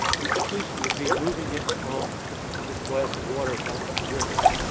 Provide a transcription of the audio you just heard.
yes, depletion would be moving it from this glass of water, if that was the river,